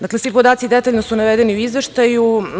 Dakle, svi podaci detaljno su navedeni u izveštaju.